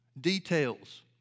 details